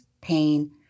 pain